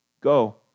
Go